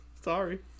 sorry